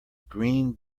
green